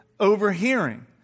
overhearing